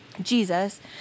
Jesus